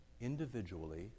individually